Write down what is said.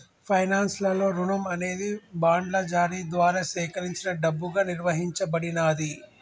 finance లలో రుణం అనేది బాండ్ల జారీ ద్వారా సేకరించిన డబ్బుగా నిర్వచించబడినాది